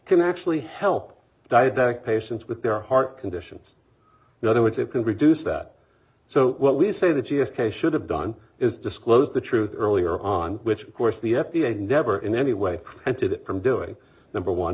can actually help diabetic patients with their heart conditions in other words it can reduce that so what we say the g s case should have done is disclose the truth earlier on which of course the f d a never in any way did it from doing number one